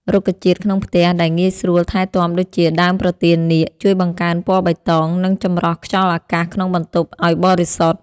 រុក្ខជាតិក្នុងផ្ទះដែលងាយស្រួលថែទាំដូចជា ដើមប្រទាលនាគ ជួយបង្កើនពណ៌បៃតង និងចម្រោះខ្យល់អាកាសក្នុងបន្ទប់ឱ្យបរិសុទ្ធ។